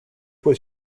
was